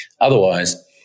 otherwise